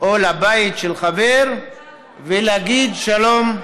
או לבית של חבר ולהגיד שלום,